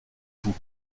vous